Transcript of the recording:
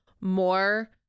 more